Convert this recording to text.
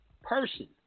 person